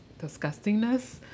disgustingness